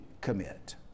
commit